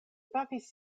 pafis